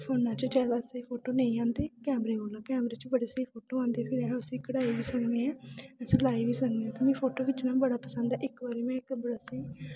फोना च जादा स्हेई फोटो नेईं आंदे कैमरे च बड़े स्हेई फोटो आंदे फिर अस उस्सी कड़ाई बी सकने आं उस्सी लाई बी सकने आं ते मिगी फोटो खिच्चना बड़ा पसंद ऐ इक बारी में इक